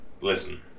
Listen